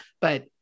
but-